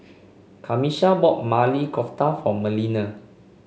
Camisha bought Maili Kofta for Melina